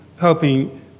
helping